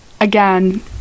Again